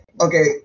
Okay